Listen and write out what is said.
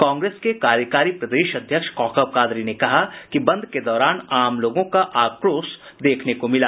कांग्रेस के कार्यकारी प्रदेश अध्यक्ष कौकब कादरी ने कहा कि बंद के दौरान आम लोगों का आक्रोश देखने को मिला